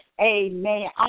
Amen